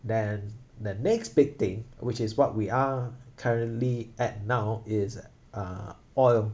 then the next big thing which is what we are currently at now is uh oil